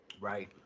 Right